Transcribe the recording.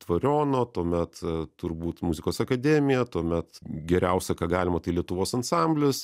dvariono tuomet turbūt muzikos akademija tuomet geriausia ką galima tai lietuvos ansamblis